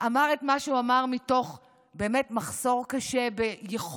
אמר את מה שהוא אמר מתוך מחסור קשה ביכולת